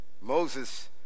Moses